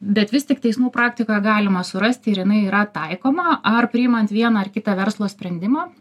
bet vis tik teismų praktikoje galima surasti ir jinai yra taikoma ar priimant vieną ar kitą verslo sprendimą